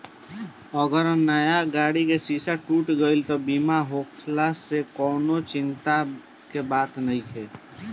अगर नया गाड़ी के शीशा टूट गईल त बीमा होखला से कवनी चिंता के बात नइखे